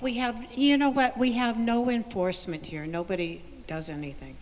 we have you know what we have no way enforcement here nobody does anything